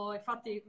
infatti